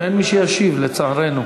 אין מי שישיב, לצערנו.